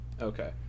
Okay